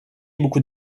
beaucoup